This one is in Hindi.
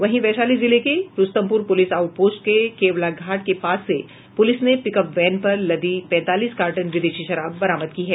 वहीं वैशाली जिले के रूस्तमपुर पुलिस आउट पोस्ट के केवलाघाट के पास से पुलिस ने पिकअप वैन पर लदी पैंतालीस कार्टन विदेशी शराब बरामद की है